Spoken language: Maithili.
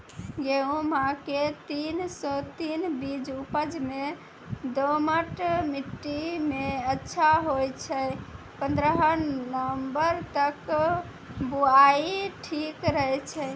गेहूँम के तीन सौ तीन बीज उपज मे दोमट मिट्टी मे अच्छा होय छै, पन्द्रह नवंबर तक बुआई ठीक रहै छै